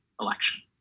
election